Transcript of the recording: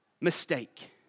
mistake